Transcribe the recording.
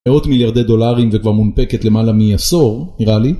מאות מיליארדי דולרים וכבר מונפקת למעלה מעשור, נראה לי.